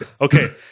Okay